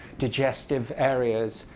digestive areas.